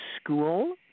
School